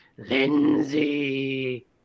Lindsay